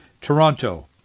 Toronto